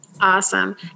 Awesome